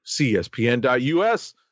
cspn.us